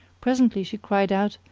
presently she cried out,